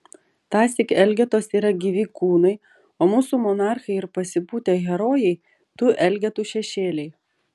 tąsyk elgetos yra gyvi kūnai o mūsų monarchai ir pasipūtę herojai tų elgetų šešėliai